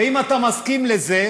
ואם אתה מסכים לזה,